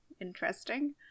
interesting